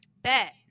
Bet